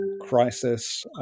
crisis